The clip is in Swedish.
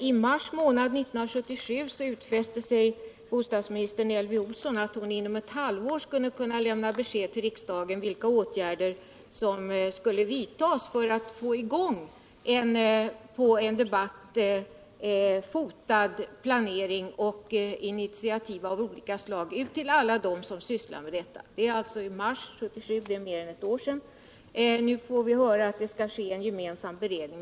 I mars 1977 utfäste sig bostadsministern Elvy Olsson att inom ett halvår lämna besked till riksdagen om vilka åtgärder som skulle vidtas för att få i gång en på debatt fotad planering och initiativ av olika slag ut till alla dem som sysslar med detta. Det var alltså för mer än ett år sedan. Nu får vi höra att det skall ske en gemensam beredning.